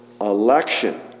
Election